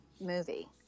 movie